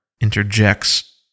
interjects